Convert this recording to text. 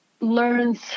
learns